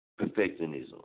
perfectionism